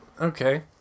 okay